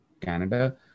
Canada